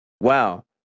wow